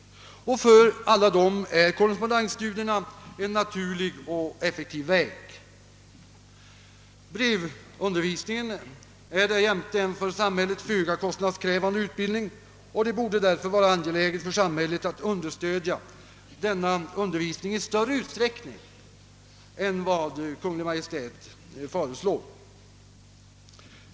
För alla dessa är korrespondensstudierna en naturlig och effektiv väg. Brevundervisningen är därjämte föga kostnadskrävande för samhället och det borde därför vara angeläget att understödja denna undervisning i större utsträckning än vad som föreslås i Kungl. Maj:ts proposition.